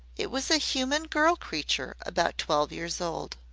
it was a human girl creature about twelve years old.